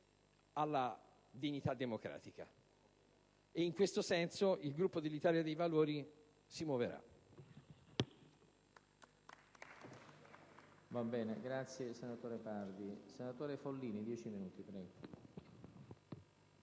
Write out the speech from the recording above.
alla dignità democratica, ed è proprio in questo senso che il Gruppo dell'Italia dei Valori si muoverà.